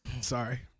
Sorry